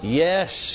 yes